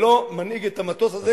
ולא מנהיג את המטוס הזה.